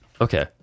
Okay